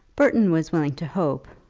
burton was willing to hope,